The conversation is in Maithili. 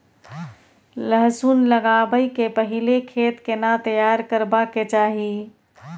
लहसुन लगाबै के पहिले खेत केना तैयार करबा के चाही?